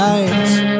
Nights